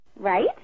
Right